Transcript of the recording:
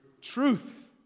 truth